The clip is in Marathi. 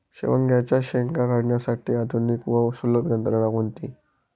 शेवग्याच्या शेंगा काढण्यासाठी आधुनिक व सुलभ यंत्रणा कोणती?